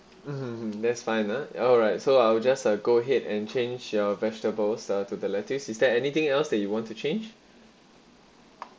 mm that's fine ah alright so I will just uh go ahead and change your vegetables uh to the lettuce is there anything else that you want to change